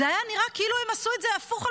זה היה נראה כאילו הם עשו את זה הפוך על